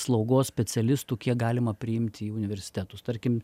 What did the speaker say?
slaugos specialistų kiek galima priimti į universitetus tarkim